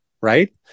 Right